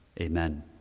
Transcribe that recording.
Amen